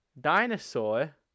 dinosaur